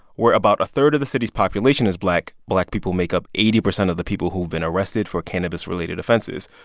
where about a third of the city's population is black, black people make up eighty percent of the people who've been arrested for cannabis-related offenses.